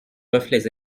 reflets